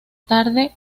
tarde